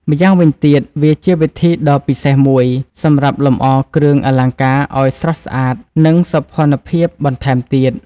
ម្យ៉ាងវិញទៀតវាជាវិធីដ៏ពិសេសមួយសម្រាប់លម្អគ្រឿងអលង្ការឲ្យស្រស់ស្អាតនិងសោភ័ណភាពបន្ថែមទៀត។